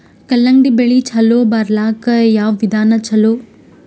ಕಲ್ಲಂಗಡಿ ಬೆಳಿ ಚಲೋ ಬರಲಾಕ ಯಾವ ವಿಧಾನ ಚಲೋ?